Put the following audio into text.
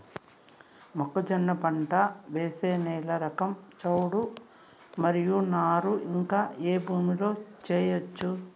మొక్కజొన్న పంట వేసే నేల రకం చౌడు మరియు నారు ఇంకా ఏ భూముల్లో చేయొచ్చు?